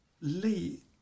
Lee